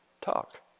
talk